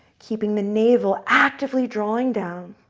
keeping the navel actively drawing down.